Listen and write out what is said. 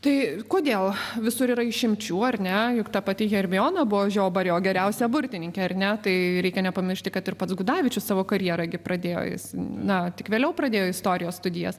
tai kodėl visur yra išimčių ar ne juk ta pati hermiona buvo žiobarė o geriausia burtininkė ar ne tai reikia nepamiršti kad ir pats gudavičius savo karjerą pradėjo jis na tik vėliau pradėjo istorijos studijas